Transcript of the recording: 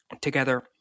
together